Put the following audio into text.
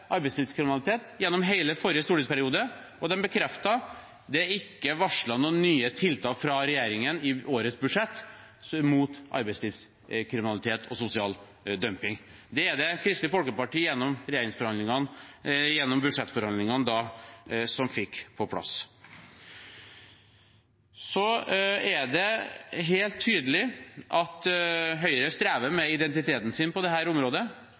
arbeidslivskriminalitet – gjennom hele forrige stortingsperiode? Og de har bekreftet at det ikke er varslet noen nye tiltak fra regjeringen i årets budsjett mot arbeidslivskriminalitet og sosial dumping. Det er det Kristelig Folkeparti gjennom budsjettforhandlingene som har fått på plass. Det er helt tydelig at Høyre strever med identiteten sin på dette området.